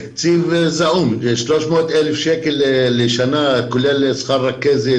תקציב זעום של 300,000 שקלים לשנה כולל שכר רכזת,